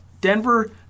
Denver